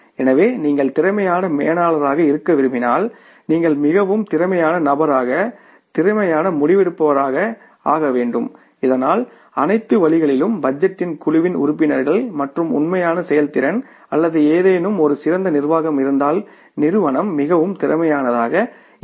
எனவே நீங்கள் திறமையான மேலாளராக இருக்க விரும்பினால் நீங்கள் மிகவும் திறமையான நபராக திறமையான முடிவெடுப்பவராக ஆக வேண்டும் இதனால் அனைத்து வழிகளிலும் பட்ஜெட்டின் குழுவின் உறுப்பினர்கள் மற்றும் உண்மையான செயல்திறன் அல்லது ஏதேனும் ஒரு சிறந்த நிர்வாகம் இருந்தால் நிறுவனம் மிகவும் திறமையானதாக இருக்கும்